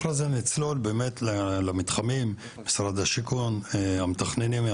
אחרי זה נצלול למתחמים, משרד השיכון, המתכננים.